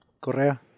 Correa